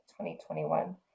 2021